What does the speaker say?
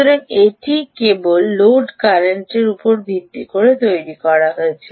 সুতরাং এটি কেবল লোড কারেন্টের উপর ভিত্তি করে তৈরি করা হয়েছে